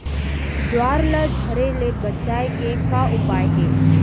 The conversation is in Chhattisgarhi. ज्वार ला झरे ले बचाए के का उपाय हे?